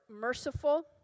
merciful